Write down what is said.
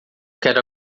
quero